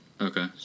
Okay